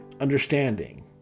understanding